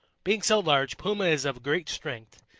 being so large, puma is of great strength,